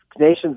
Nations